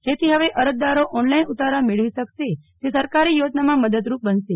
જેથી હવે અરજદારો ઓનલાઈન ઉતારા મેળવી શકશે જે સરકારી યોજનામાં મદદરમ્ય બનશે